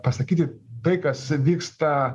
pasakyti tai kas vyksta